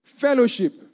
Fellowship